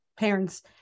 Parents